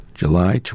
July